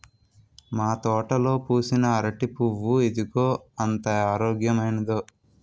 మా తోటలో పూసిన అరిటి పువ్వు ఇదిగో ఎంత ఆరోగ్యమైనదో